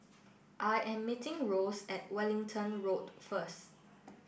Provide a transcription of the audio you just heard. I am meeting Rose at Wellington Road first